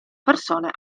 persone